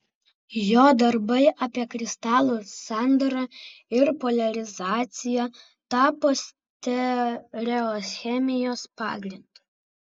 jo darbai apie kristalų sandarą ir poliarizaciją tapo stereochemijos pagrindu